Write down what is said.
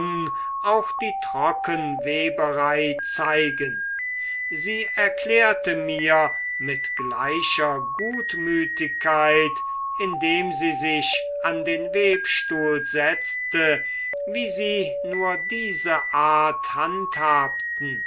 auch die trockenweberei zeigen sie erklärte mir mit gleicher gutmütigkeit indem sie sich an den weberstuhl setzte wie sie nur diese art handhabten